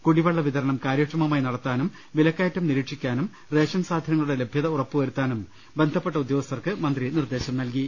കുടി വെള്ള വിതരണം കാര്യക്ഷമമായി നടത്താനും വിലക്കയറ്റം നിരീക്ഷിക്കാനും റേഷൻസാധനങ്ങളുടെ ലഭ്യത ഉറപ്പുവരുത്താനും ബന്ധപ്പെട്ട ഉദ്യോഗസ്ഥർക്ക് മന്ത്രി നിർദ്ദേശം നൽകി